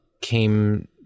came